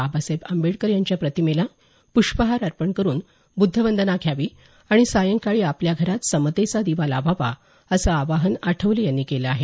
बाबासाहेब आंबेडकर यांच्या प्रतिमेला पुष्पहार अर्पण करून बुद्ध वंदना घ्यावी आणि सायंकाळी आपल्या घरात समतेचा दिवा लावावा असं आवाहन आठवले यांनी केलं आहे